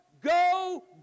go